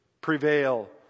prevail